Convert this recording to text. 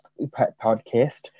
podcast